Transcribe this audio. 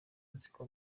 nziko